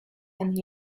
and